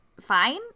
fine